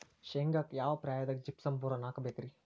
ಶೇಂಗಾಕ್ಕ ಯಾವ ಪ್ರಾಯದಾಗ ಜಿಪ್ಸಂ ಬೋರಾನ್ ಹಾಕಬೇಕ ರಿ?